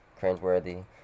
cringeworthy